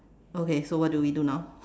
okay so what do we do now